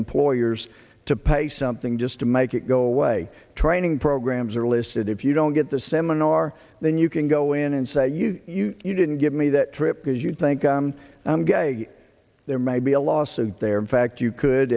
employers to pay something just to make it go away training programs are listed if you don't get the seminar then you can go in and say you you you didn't give me that trip because you think i'm gagging there may be a lawsuit there in fact you could